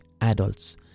adults